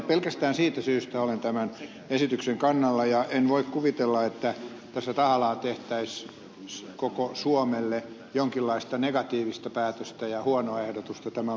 pelkästään siitä syystä olen tämän esityksen kannalla ja en voi kuvitella että tässä tahallaan tehtäisiin koko suomelle jonkinlaista negatiivista päätöstä ja huonoa ehdotusta tämän lain pohjalta